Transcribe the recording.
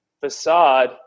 facade